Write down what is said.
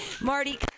Marty